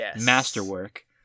masterwork